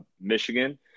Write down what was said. Michigan